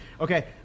Okay